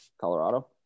Colorado